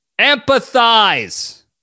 Empathize